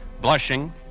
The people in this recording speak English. blushing